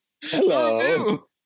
Hello